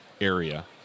area